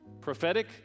Prophetic